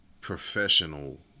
professional